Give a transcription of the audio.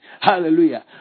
Hallelujah